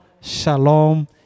shalom